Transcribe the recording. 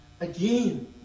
Again